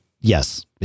yes